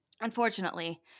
Unfortunately